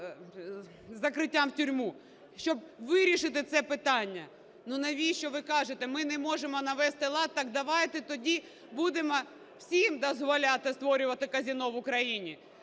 закриттям в тюрму, щоб вирішити це питання. Ну, навіщо ви кажете: "Ми не можемо навести лад". Так давайте тоді будемо всім дозволяти створювати казино в Україні.